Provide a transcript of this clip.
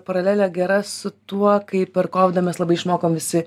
paralelė gera su tuo kai per kovidą mes labai išmokom visi